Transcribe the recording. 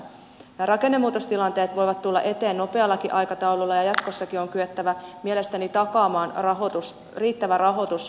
nämä rakennemuutostilanteet voivat tulla eteen nopeallakin aikataululla ja jatkossakin on kyettävä mielestäni takaamaan rahoitus riittävä rahoitus